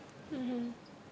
mmhmm